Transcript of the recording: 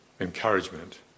encouragement